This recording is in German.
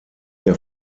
der